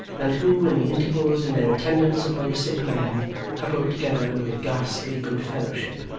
and who, in the intervals in their attendance upon the sick man huddled together with a ghastly good-fellowship,